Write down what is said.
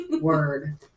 Word